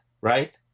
Right